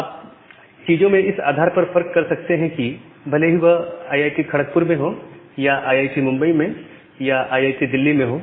आप चीजों में इस आधार पर फर्क कर सकते हैं कि भले ही वह आईआईटी खड़कपुर में हो या आईआईटी मुंबई में हो या आईआईटी दिल्ली में हो